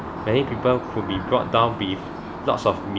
many people could be brought down with lots of